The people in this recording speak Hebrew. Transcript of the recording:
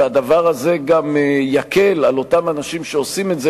והדבר הזה גם יקל על אותם אנשים שעושים את זה